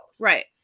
Right